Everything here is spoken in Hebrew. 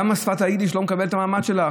למה שפת היידיש לא מקבלת את המעמד שלה?